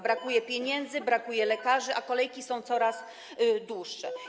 Brakuje pieniędzy, brakuje lekarzy, a kolejki są coraz dłuższe.